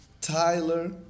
Tyler